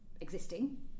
existing